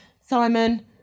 Simon